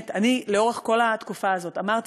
לאורך כל התקופה הזאת אמרתי,